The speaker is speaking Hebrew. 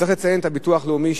צריך לציין את הביטוח הלאומי,